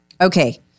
Okay